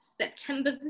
September